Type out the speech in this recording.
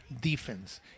Defense